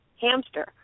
Hamster